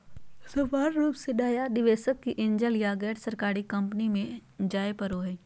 सामान्य रूप से नया निवेशक के एंजल या गैरसरकारी कम्पनी मे जाय पड़ो हय